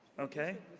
okay?